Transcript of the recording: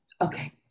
Okay